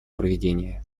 проведения